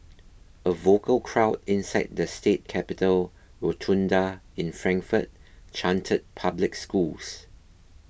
a vocal crowd inside the state capitol rotunda in Frankfort chanted public schools